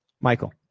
Michael